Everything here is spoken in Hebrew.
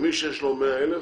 שמי שיש לו 100 אלף,